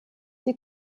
die